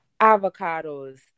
Avocados